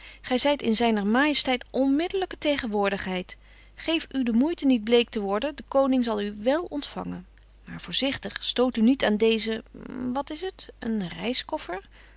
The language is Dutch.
gij zijt in zijner majesteit onmiddellijke tegenwoordigheid geef u de moeite niet bleek te worden de koning zal u wèl ontvangen maar voorzichtig stoot u niet aan dezen wat is het een